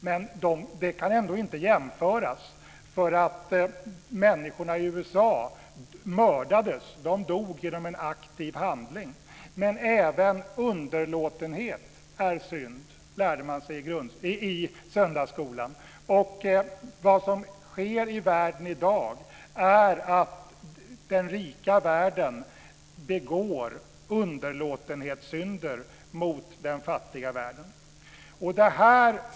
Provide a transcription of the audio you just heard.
Men det kan ändå inte jämföras: Människorna i USA mördades, dvs. de dog genom en aktiv handling. Men även underlåtenhet är synd lärde man sig i söndagsskolan. Vad som sker i världen i dag är att den rika världen begår underlåtenhetssynder mot den fattiga världen.